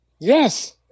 Yes